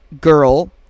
girl